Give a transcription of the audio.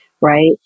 Right